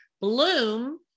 bloom